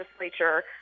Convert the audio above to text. legislature